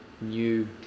new